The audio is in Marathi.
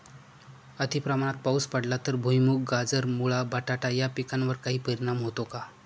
अतिप्रमाणात पाऊस पडला तर भुईमूग, गाजर, मुळा, बटाटा या पिकांवर काही परिणाम होतो का?